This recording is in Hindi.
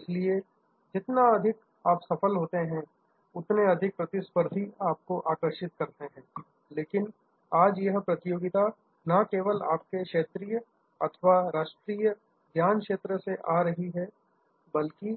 इसलिए जितना अधिक आप सफल होते हैं उतने अधिक प्रतिस्पर्धी आपको आकर्षित करते हैं लेकिन आज यह प्रतियोगिता ना केवल आपके क्षेत्रीय अथवा राष्ट्रीय ज्ञानक्षेत्र डोमेन से आ रही है बल्कि